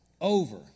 over